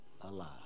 alive